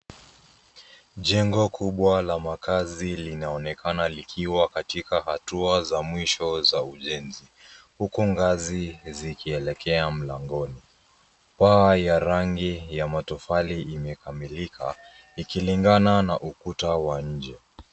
Jengo kubwa la makazi linaonekana likiwa katika hatua za mwisho za ujenzi huku ngazi zikielekea mlangoni. Paa ya rangi ya matofali imekamilika ikilingana na ukuta wa nje.